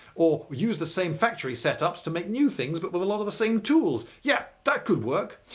or use the same factory setups to make new things but with a lot of the same tools. yeah, that could work.